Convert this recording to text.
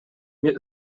mir